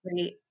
great